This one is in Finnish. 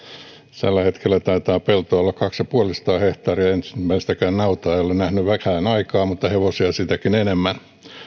tällä hetkellä taitaa peltoa olla kaksi ja puolisataa hehtaaria ja ensimmäistäkään nautaa ei ole nähty vähään aikaan mutta hevosia sitäkin enemmän